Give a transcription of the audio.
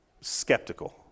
skeptical